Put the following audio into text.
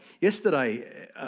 Yesterday